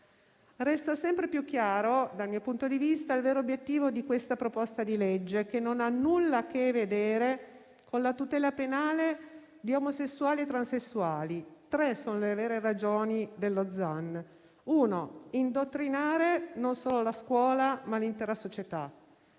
Resta sempre più chiaro, dal mio punto di vista, il vero obiettivo di questa proposta di legge che non ha nulla a che vedere con la tutela penale di omosessuali e transessuali. Tre sono le vere ragioni del disegno di legge Zan: indottrinare non solo la scuola ma l'intera società;